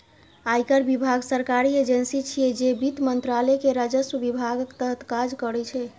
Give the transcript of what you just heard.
आयकर विभाग सरकारी एजेंसी छियै, जे वित्त मंत्रालय के राजस्व विभागक तहत काज करै छै